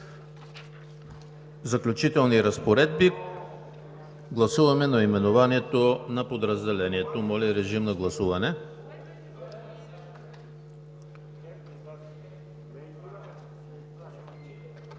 Заключителни разпоредби. Гласуваме наименованието на подразделението. Гласували